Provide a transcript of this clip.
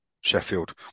Sheffield